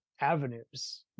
avenues